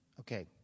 Okay